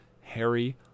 Harry